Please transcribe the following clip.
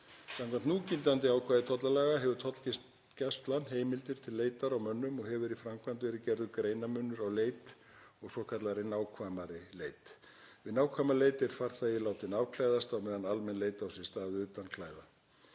Samkvæmt núgildandi ákvæði tollalaga hefur tollgæslan heimildir til leitar á mönnum og hefur í framkvæmd verið gerður greinarmunur á leit og nákvæmari leit. Við nákvæma leit er farþegi látinn afklæðast á meðan almenn leit á sér stað utan klæða.